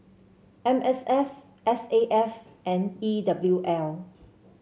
M S F S A F and E W L